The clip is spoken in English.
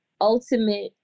ultimate